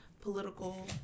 political